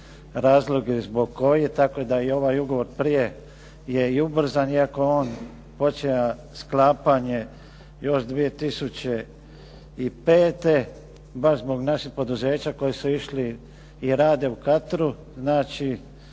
razloge zbog kojih, tako da i ovaj ugovor prije je i ubrzan, iako on počinje sklapanje još 2005. baš zbog naših poduzeća koji su išli i rade u Katru, znači